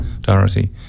Dorothy